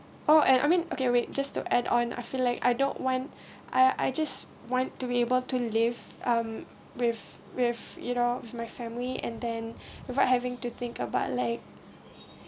oh and I mean okay wait just to add on I feel like I don't want I I just want to be able to live um with with you know with my family and then without having to think about like